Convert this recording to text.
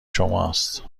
شماست